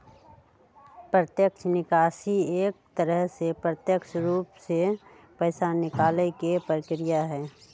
प्रत्यक्ष निकासी एक तरह से प्रत्यक्ष रूप से पैसा निकाले के प्रक्रिया हई